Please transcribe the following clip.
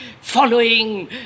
following